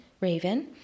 raven